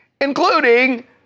including